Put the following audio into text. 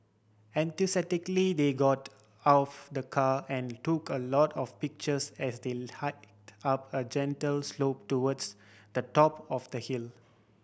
enthusiastically they got of the car and took a lot of pictures as they hiked up a gentle slope towards the top of the hill